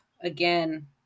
again